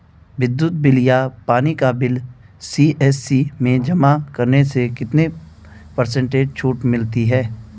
विद्युत बिल या पानी का बिल सी.एस.सी में जमा करने से कितने पर्सेंट छूट मिलती है?